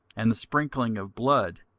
and the sprinkling of blood,